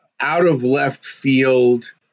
out-of-left-field